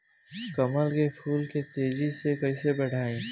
कमल के फूल के तेजी से कइसे बढ़ाई?